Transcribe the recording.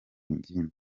ingimbi